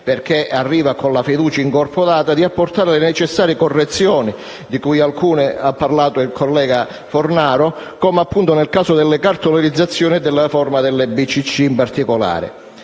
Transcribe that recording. arriva con la fiducia incorporata, di apportare le necessarie correzioni (di alcune delle quali ha parlato il collega Fornaro), come nel caso delle cartolarizzazioni e della riforma delle BCC, in particolare.